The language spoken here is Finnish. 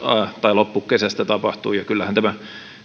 loppukesästä tapahtui ja kyllähän tämä